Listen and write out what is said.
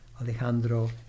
Alejandro